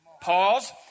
Pause